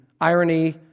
irony